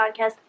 podcast